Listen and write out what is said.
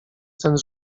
cen